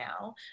now